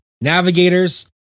navigators